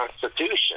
Constitution